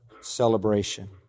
celebration